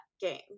game